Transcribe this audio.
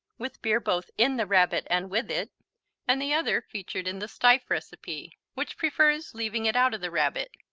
with beer both in the rabbit and with it and the other featured in the stieff recipe, which prefers leaving it out of the rabbit,